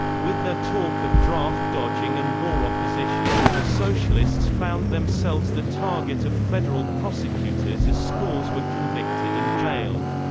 with their talk of draft-dodging and war-opposition, the socialists found themselves the target of federal prosecutors as scores were convicted and jailed.